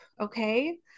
Okay